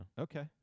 Okay